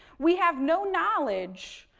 we have no knowledge,